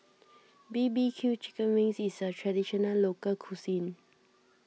B B Q Chicken Wings is a Traditional Local Cuisine